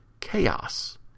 chaos